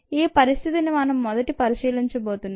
ఈ పరిస్థితిని మనం మొదటి పరిశీలించబోతున్నాం